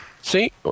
See